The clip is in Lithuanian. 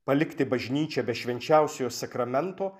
palikti bažnyčią be švenčiausiojo sakramento